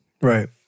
Right